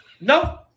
No